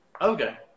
Okay